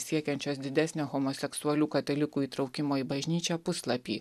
siekiančios didesnio homoseksualių katalikų įtraukimo į bažnyčią puslapį